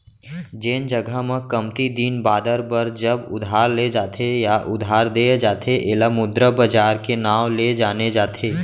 जेन जघा म कमती दिन बादर बर जब उधार ले जाथे या उधार देय जाथे ऐला मुद्रा बजार के नांव ले जाने जाथे